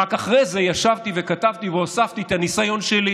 ורק אחרי זה ישבתי וכתבתי והוספתי את הניסיון שלי